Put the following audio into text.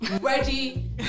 ready